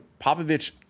popovich